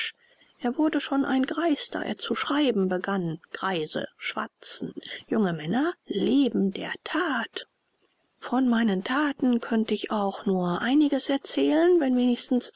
er wurde schon ein greis da er zu schreiben begann greise schwatzen junge männer leben der that von meinen thaten könnte ich auch nur einiges erzählen wenn wenigstens